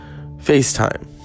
FaceTime